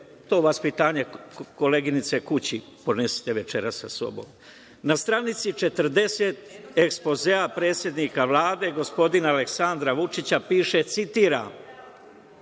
vaspitanje, koleginice, kući ponesite večeras sa sobom. Na stranici 40. ekspozea predsednika Vlade gospodina Aleksandra Vučića piše, citiram